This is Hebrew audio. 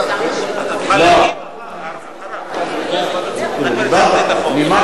כבר נימקת.